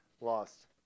lost